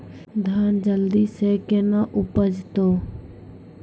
धान जल्दी से के ना उपज तो?